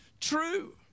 true